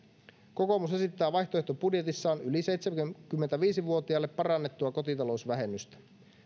kokoomus esittää vaihtoehtobudjetissaan yli seitsemänkymmentäviisi vuotiaille parannettua kotitalousvähennystä